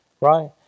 Right